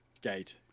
gate